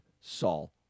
Saul